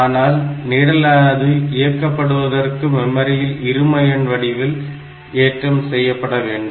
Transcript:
ஆனால் நிரலானது இயக்கப்படுவதற்கு மெமரியில் இரும எண் வடிவில் ஏற்றம் செய்யப்பட வேண்டும்